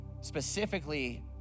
specifically